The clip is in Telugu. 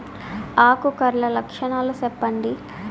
ఆకు కర్ల లక్షణాలు సెప్పండి